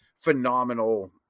phenomenal